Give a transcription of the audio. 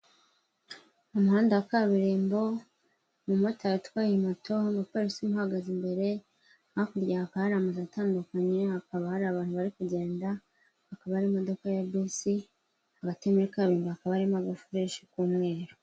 Umuhanda wa kaburimbo, umumotari atwaye moto umupolisi amuhagaze imbere, hakurya hari amazu atandukanye, hakaba hari abantu bari kugenda , hakaba hari imodoka ya bisi hagati muri kaburimbo hakaba harimo agafureshi k'umweru.